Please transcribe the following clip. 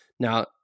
Now